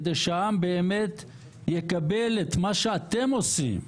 כדי שהעם באמת יקבל את מה שאתם עושים,